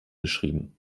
beschrieben